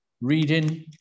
reading